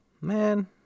Man